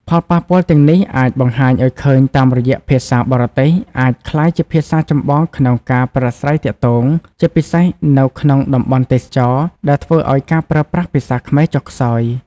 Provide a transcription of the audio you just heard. ផលប៉ះពាល់ទាំងនេះអាចបង្ហាញឲ្យឃើញតាមរយៈ ភាសាបរទេស អាចក្លាយជាភាសាចម្បងក្នុងការប្រាស្រ័យទាក់ទង ជាពិសេសនៅក្នុងតំបន់ទេសចរណ៍ ដែលធ្វើឲ្យការប្រើប្រាស់ភាសាខ្មែរចុះខ្សោយ។